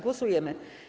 Głosujemy.